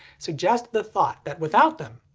suggest the thought that without them,